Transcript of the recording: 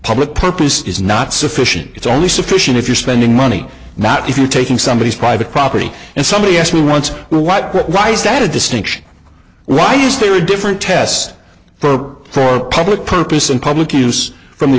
public purpose is not sufficient it's only sufficient if you're spending money not if you're taking somebody's private property and somebody asked me once what quit right is that a distinction right is there a different test for for public purpose and public use from the